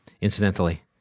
Incidentally